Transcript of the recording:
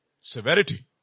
severity